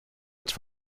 its